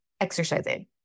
exercising